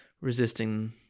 resisting